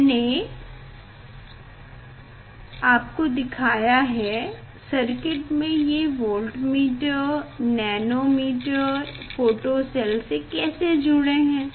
मैंने आपको दिखाया है सर्किट में ये वोल्टमीटर नैनोमीटर फोटो सेल से कैसे जुड़े हुए हैं